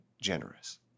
generous